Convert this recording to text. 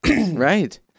right